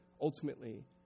ultimately